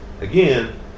again